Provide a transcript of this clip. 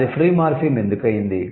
అది free morpheme ఎందుకయింది